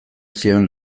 zioen